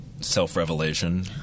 self-revelation